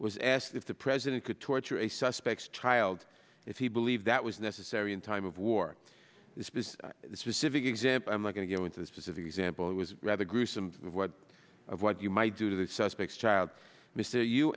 was asked if the president could torture a suspects child if he believed that was necessary in time of war this example i'm not going to go into the specific example it was rather gruesome what of what you might do to the suspects child mr you